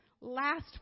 last